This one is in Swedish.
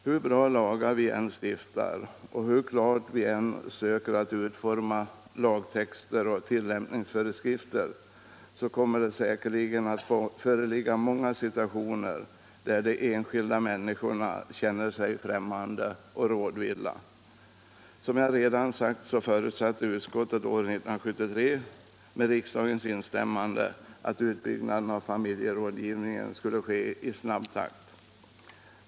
Hur bra lagar vi än stiftar och hur klart vi än försöker utforma lagtexter och tillämpningsföreskrifter kommer det säkerligen att föreligga många situationer där de enskilda människorna känner sig främmande och rådvilla. Som jag redan sagt förutsatte utskottet år 1973 med riksdagens instämmande att utbyggnaden av familjerådgivningen skulle ske i snabb takt.